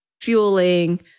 fueling